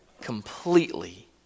completely